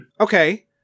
Okay